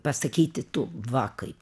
pasakyti tu va kaip